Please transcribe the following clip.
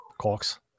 Cox